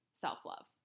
self-love